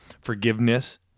forgiveness